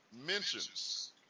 mentions